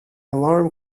alarm